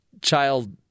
child